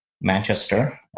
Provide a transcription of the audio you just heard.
Manchester